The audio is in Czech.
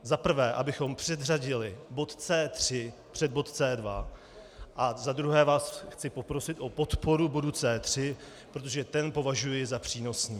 Za prvé, abychom předřadili bod C3 před bod C2, a za druhé vás chci poprosit o podporu bodu C3, protože ten považuji za přínosný.